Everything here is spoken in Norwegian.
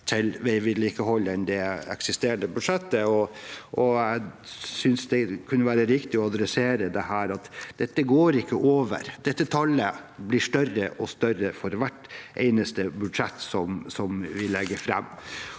til veivedlikehold enn i det eksisterende budsjettet. Jeg synes det kunne være riktig å ta tak i dette, for dette går ikke over. Tallet blir større og større for hvert eneste budsjett vi legger fram.